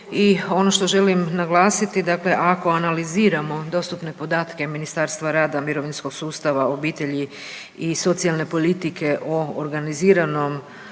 i ono što želim naglasiti dakle ako analiziramo dostupne podatke Ministarstva rada, mirovinskog sustava, obitelji i socijalne politike o organiziranom